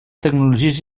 tecnologies